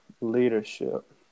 Leadership